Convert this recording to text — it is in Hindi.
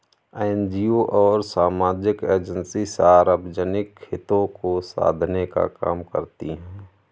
एनजीओ और सामाजिक एजेंसी सार्वजनिक हितों को साधने का काम करती हैं